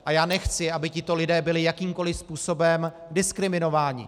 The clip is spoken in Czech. A já nechci, aby tito lidé byli jakýmkoli způsobem diskriminováni.